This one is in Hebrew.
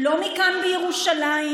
לא מכאן בירושלים,